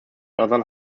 northern